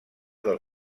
del